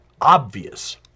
obvious